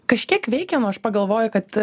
kažkiek veikia nu aš pagalvoju kad